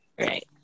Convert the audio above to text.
Right